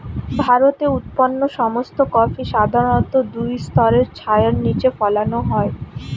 ভারতে উৎপন্ন সমস্ত কফি সাধারণত দুই স্তরের ছায়ার নিচে ফলানো হয়